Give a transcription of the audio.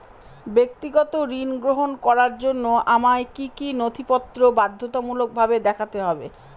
ব্যক্তিগত ঋণ গ্রহণ করার জন্য আমায় কি কী নথিপত্র বাধ্যতামূলকভাবে দেখাতে হবে?